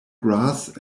grass